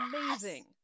amazing